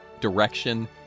direction